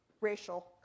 racial